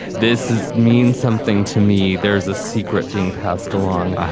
this is mean something to me. there is a secret being passed along.